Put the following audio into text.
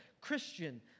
Christian